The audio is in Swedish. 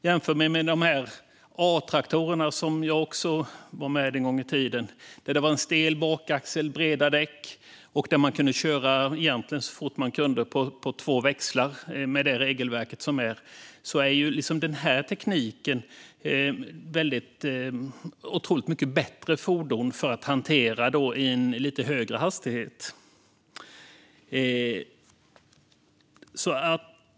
Jämfört med de gamla A-traktorerna - jag var också med där en gång i tiden - som hade stel bakaxel och breda däck, och som man egentligen fick köra så fort man kunde på två växlar med det regelverket, ger den här tekniken otroligt mycket bättre fordon att hantera i en lite högre hastighet.